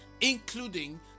including